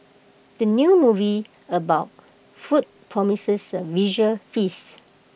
the new movie about food promises A visual feast